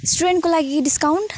स्टुडेन्टको लागि डिस्काउन्ट